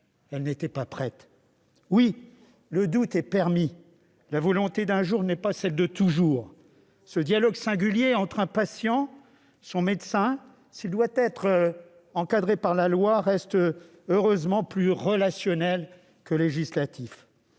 elle n'était pas prête. Oui, le doute est permis, la volonté d'un jour n'est pas celle de toujours. Ce dialogue singulier entre un patient et son médecin, s'il doit être encadré par la loi, reste heureusement plus relationnel que législatif.